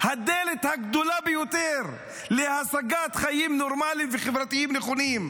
הדלת הגדולה ביותר להשגת חיים נורמליים וחברתיים נכונים.